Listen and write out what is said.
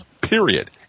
period